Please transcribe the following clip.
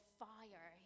fire